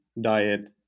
diet